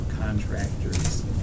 contractors